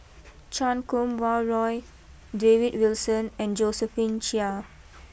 Chan Kum Wah Roy David Wilson and Josephine Chia